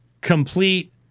complete